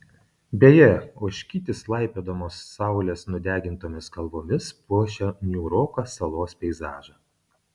beje ožkytės laipiodamos saulės nudegintomis kalvomis puošia niūroką salos peizažą